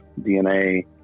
DNA